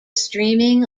streaming